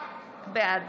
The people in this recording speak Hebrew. בעד